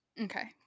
Okay